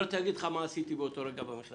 לא רוצה להגיד לך מה עשיתי באותו רגע במכנסיים.